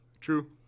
true